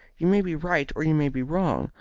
you may be right or you may be wrong,